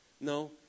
No